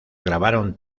grabaron